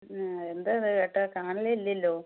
ആ എന്താ ഇത് ചേട്ടാ കാണാറേ ഇല്ലല്ലോ